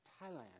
Thailand